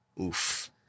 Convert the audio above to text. Oof